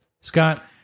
Scott